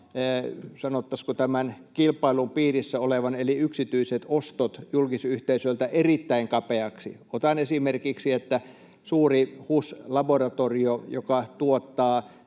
sanottaisiinko, kilpailun piirissä olevan eli yksityiset ostot julkisyhteisöiltä erittäin kapeaksi. Otan esimerkiksi suuren HUS-laboratorion, joka tuottaa